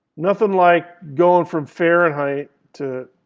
nothing like going from fahrenheit to